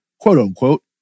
quote-unquote